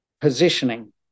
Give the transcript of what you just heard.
positioning